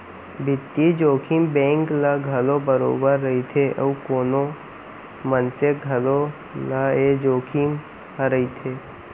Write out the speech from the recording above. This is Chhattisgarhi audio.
बित्तीय जोखिम बेंक ल घलौ बरोबर रइथे अउ कोनो मनसे घलौ ल ए जोखिम ह रइथे